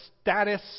status